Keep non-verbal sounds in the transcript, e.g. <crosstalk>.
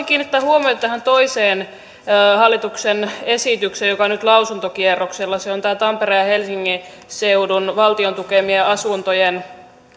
<unintelligible> kiinnittää huomiota tähän toiseen hallituksen esitykseen joka on nyt lausuntokierroksella se on tampereen ja helsingin seudun valtion tukemien asuntojen